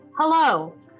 Hello